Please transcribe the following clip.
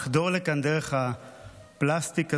לחדור לכאן דרך הפלסטיק הזה,